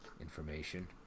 information